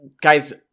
Guys